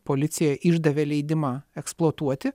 policija išdavė leidimą eksploatuoti